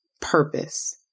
purpose